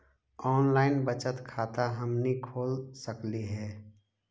Online बचत खाता हमनी खोल सकली हे?